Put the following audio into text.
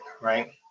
Right